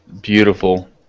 beautiful